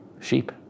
Sheep